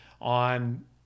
on